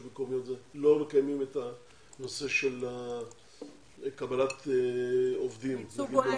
מקומיות לא מקיימים את הנוש7א של קבלת עובדים ממוצא אתיופי?